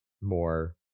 more